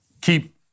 keep